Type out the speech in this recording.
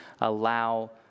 allow